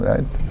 Right